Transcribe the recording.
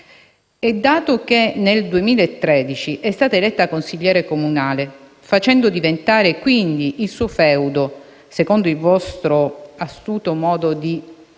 dato che nel 2013 è stata eletta consigliere comunale, facendo diventare quindi il suo "feudo", secondo il vostro astuto modo di